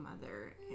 mother